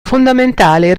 fondamentale